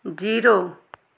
zero